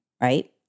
right